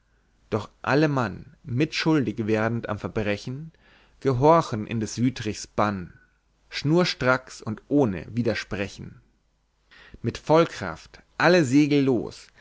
doch alle mann mitschuldig werdend am verbrechen gehorchen in des wüthrichs bann schnurstracks und ohne widersprechen mit vollkraft alle segel los